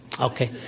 Okay